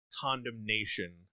condemnation